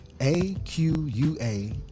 A-Q-U-A